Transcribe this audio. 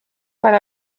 per